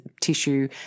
tissue